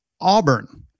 Auburn